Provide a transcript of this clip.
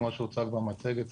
כמו שהוצג במצגת,